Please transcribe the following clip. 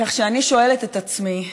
כך שאני שואלת את עצמי,